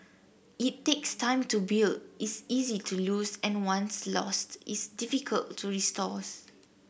it takes time to build is easy to lose and once lost is difficult to restores